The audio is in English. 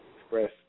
express